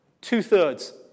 Two-thirds